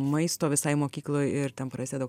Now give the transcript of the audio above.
maisto visai mokykloj ir ten prasideda